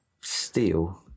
Steel